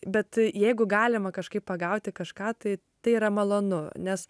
bet jeigu galima kažkaip pagauti kažką tai tai yra malonu nes